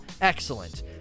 excellent